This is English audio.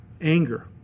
anger